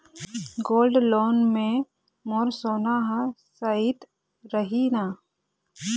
Gold loan मे मोर सोना हा सइत रही न?